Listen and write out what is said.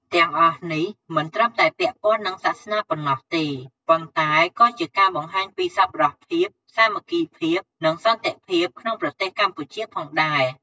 ទាំំងអស់នេះមិនត្រឹមតែពាក់ព័ន្ធនឹងសាសនាប៉ុណ្ណោះទេ ប៉ុន្តែក៏ជាការបង្ហាញពីសប្បុរសភាព សាមគ្គីភាព និងសន្តិភាពក្នុងប្រទេសកម្ពុជាផងដែរ។